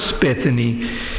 Bethany